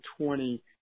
20